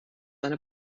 eine